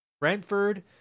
Brentford